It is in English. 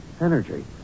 energy